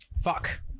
Fuck